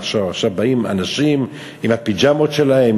עכשיו באים אנשים עם הפיג'מות שלהם,